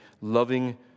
loving